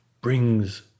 brings